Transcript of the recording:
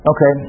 Okay